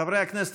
חברי הכנסת,